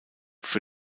für